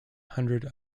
hundred